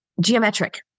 geometric